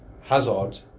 Hazard